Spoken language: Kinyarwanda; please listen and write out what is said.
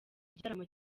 igitaramo